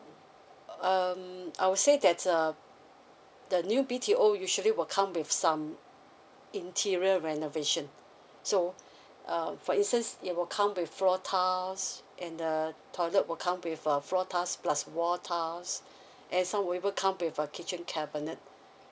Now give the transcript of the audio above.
uh um I would say that uh the new B_T_O usually will come with some interior renovation so uh for instance it will come with floor tiles and the toilet will come with uh floor tiles plus wall tiles and some will even come with a kitchen cabinet